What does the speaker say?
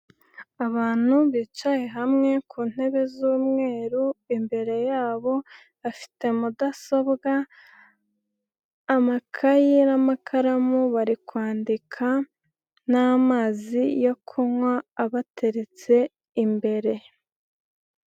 Abantu bicaye hamwe ku ntebe z'umweru, imbere yabo bafite mudasobwa, amakayi n'amakaramu bari kwandika n'amazi yo kunywa abateretse imbere.